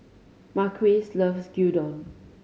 Marquise loves Gyudon